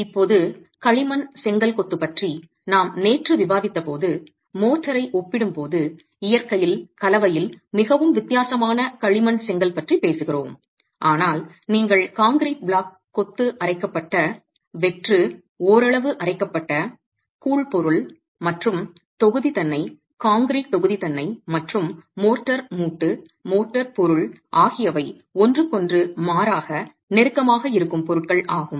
இப்போது களிமண் செங்கல் கொத்து பற்றி நாம் நேற்று விவாதித்தபோது மோர்ட்டார் ஐ ஒப்பிடும்போது இயற்கையில் கலவையில் மிகவும் வித்தியாசமான களிமண் செங்கல் பற்றி பேசுகிறோம் ஆனால் நீங்கள் கான்கிரீட் பிளாக் கொத்து அரைக்கப்பட்ட வெற்று ஓரளவு அரைக்கப்பட்ட கூழ் பொருள் மற்றும் தொகுதி தன்னை கான்கிரீட் தொகுதி தன்னை மற்றும் மோர்ட்டார் மூட்டு மோர்ட்டார் பொருள் ஆகியவை ஒன்றுக்கொன்று மாறாக நெருக்கமாக இருக்கும் பொருட்கள் ஆகும்